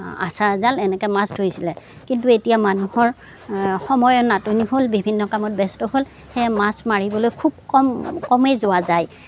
আছাৰা জাল এনেকে মাছ ধৰিছিলে কিন্তু এতিয়া মানুহৰ সময়ৰ নাটনি হ'ল বিভিন্ন কামত ব্য়স্ত হ'ল সেয়ে মাছ মাৰিবলৈ খুব কম কমেই যোৱা যায়